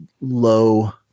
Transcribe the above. low